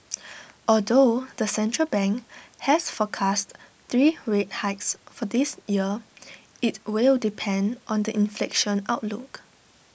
although the central bank has forecast three rate hikes for this year IT will depend on the inflation outlook